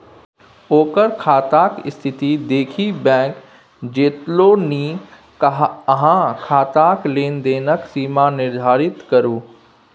ओकर खाताक स्थिती देखि बैंक चेतोलनि अहाँ खाताक लेन देनक सीमा निर्धारित करू